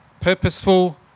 Purposeful